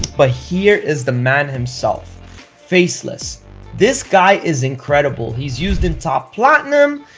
but here is the man himself faceless this guy is incredible. he's used in top platinum.